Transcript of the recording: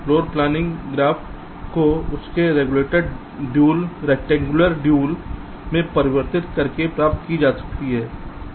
floor planning graph को उसके rectangular dual में परिवर्तित करके प्राप्त की जाती है